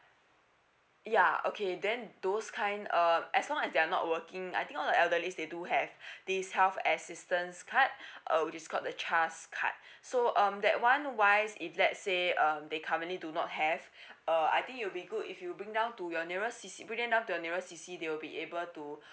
ya okay then those kind um as long as they are not working I think all the elderly they do have this health assistance card uh which is called the chas card so um that one wise if let say um they currently do not have uh I think it will be good if you bring down to your nearest C_C bring them down to nearer C_C they will be able to